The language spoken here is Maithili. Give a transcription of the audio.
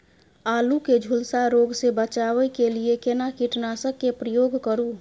आलू के झुलसा रोग से बचाबै के लिए केना कीटनासक के प्रयोग करू